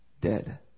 dead